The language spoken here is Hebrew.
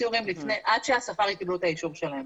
הסיורים עד שהספארי קיבלו את האישור שלהם